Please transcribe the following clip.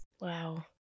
Wow